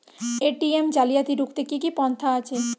ATM জালিয়াতি রুখতে কি কি পন্থা আছে?